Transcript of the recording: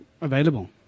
available